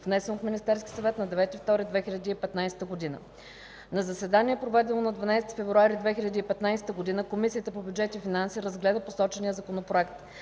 внесен от Министерския съвет на 9 февруари 2015 г. На заседание, проведено на 12 февруари 2015 г., Комисията по бюджет и финанси разгледа посочения законопроект.